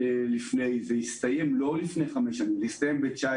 זה הסתיים לא לפני חמש שנים אלא ב-2019.